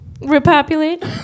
repopulate